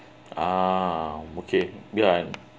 uh okay ya